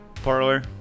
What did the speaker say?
parlor